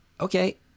okay